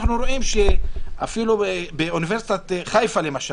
אנחנו רואים שאפילו באוניברסיטת חיפה למשל,